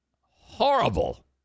Horrible